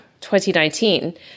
2019